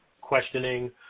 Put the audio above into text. questioning